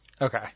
Okay